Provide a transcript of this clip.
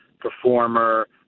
performer